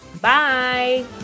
Bye